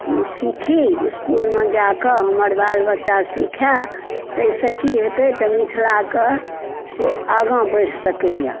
सीखी इसकुलमे जाकऽ हमर बाल बच्चा सिखै ताहिसँ कि हेतै तऽ मिथिलाके से आगाँ बढ़ि सकैए